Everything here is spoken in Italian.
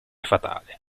fatale